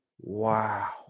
Wow